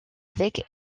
avec